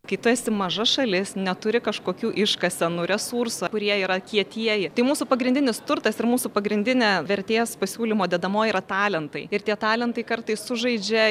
kai tu esi maža šalis neturi kažkokių iškasenų resursų kurie yra kietieji tai mūsų pagrindinis turtas ir mūsų pagrindinė vertės pasiūlymo dedamoji yra talentai ir tie talentai kartais sužaidžia